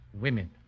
women